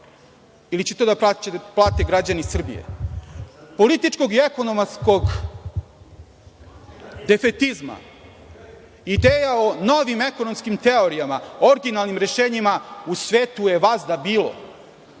ili će to da plate građani Srbije. Političkog i ekonomskog defetizma, ideje o novim ekonomskim teorijama, originalnim rešenjima u svetu je vazda bilo,